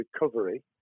recovery